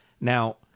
now